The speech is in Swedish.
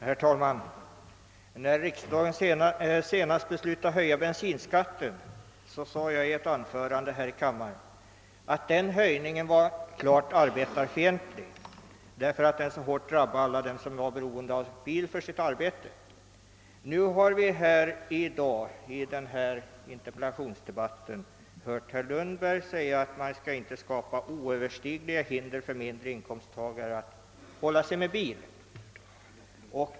Herr talman! När riksdagen senast beslutade att höja bensinskatten sade jag i ett anförande här i kammaren att den höjningen var klart arbetarfientlig, därför att den så hårt drabbar alla som är beroende av bil i sitt arbete. I sin interpellation har herr Lundberg menat att man inte skall skapa oöverstigliga hinder för mindre inkomsttagare att hålla sig med bil.